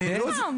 מה פתאום.